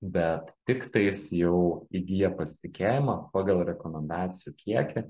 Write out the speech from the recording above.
bet tiktais jau įgiję pasitikėjimą pagal rekomendacijų kiekį